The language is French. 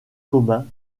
commun